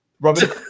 Robin